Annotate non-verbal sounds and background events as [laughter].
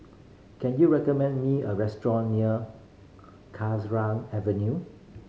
can you recommend me a restaurant near [unintelligible] Avenue